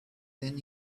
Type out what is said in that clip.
then